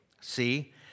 See